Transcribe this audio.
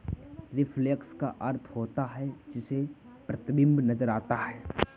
reflection का अर्थ होता है जिसमें अपना प्रतिबिंब नजर आता है